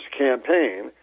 campaign